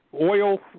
oil